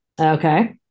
Okay